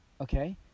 okay